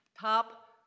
top